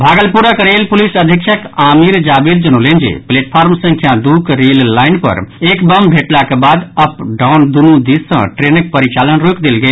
भागलपुरक rail police अधीक्षक आमिर जावेद जनौलनि जे प्लेटफार्म संख्या दूक रेललाईन पर एक बम भेटलाक बाद अप डाउन दूनु दिस सँ ट्रेनक परिचालन रोकि देल गेल